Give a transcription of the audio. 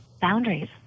Boundaries